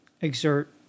exert